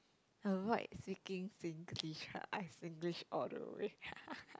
avoid speaking Singlish !huh! I Singlish all the way ha ha ha